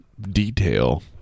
detail